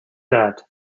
that